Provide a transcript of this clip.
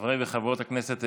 חברי וחברות הכנסת,